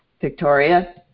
victoria